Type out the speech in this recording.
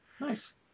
Nice